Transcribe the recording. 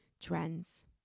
trends